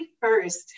first